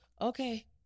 okay